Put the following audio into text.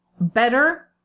better